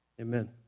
Amen